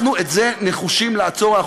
אנחנו נחושים לעצור את זה.